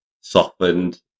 softened